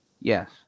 Yes